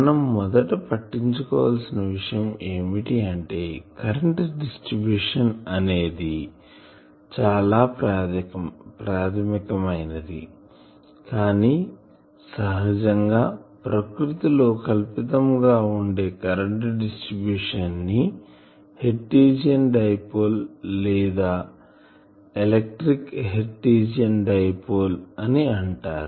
మనం మొదట పట్టించుకోవలసిన విషయం ఏమిటి అంటే కరెంటు డిస్ట్రిబ్యూషన్ అనేది చాలా ప్రాధమికమైనది కానీ సహజంగా ప్రకృతిలో కల్పితం గా ఉండే కరెంటు డిస్ట్రిబ్యూషన్ ని హెర్టీజియాన్ డైపోల్ లేదా ఎలక్ట్రిక్ హెర్టీజియాన్ డైపోల్ అని అంటారు